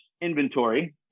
inventory